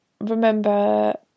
remember